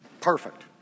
Perfect